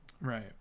Right